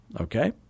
okay